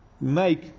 make